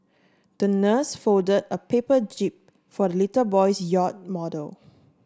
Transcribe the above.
the nurse fold a paper jib for little boy's yacht model